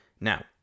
Now